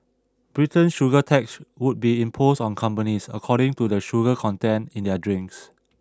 Britain's sugar tax would be imposed on companies according to the sugar content in their drinks